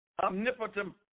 omnipotent